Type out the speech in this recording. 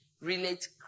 relate